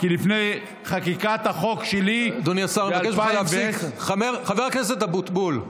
כי לפני חקיקת החוק שלי, חבר הכנסת אבוטבול,